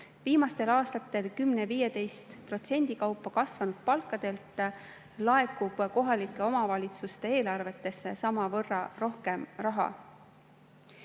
viimastel aastatel 10–15% kaupa kasvanud palkadelt laekub kohalike omavalitsuste eelarvetesse samavõrra rohkem raha.